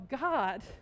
God